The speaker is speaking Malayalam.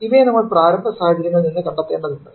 ഇവയെ നമ്മൾ പ്രാരംഭ സാഹചര്യങ്ങളിൽ നിന്ന് കണ്ടെത്തേണ്ടതുണ്ട്